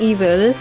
Evil